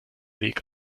weg